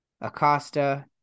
Acosta